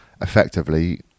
effectively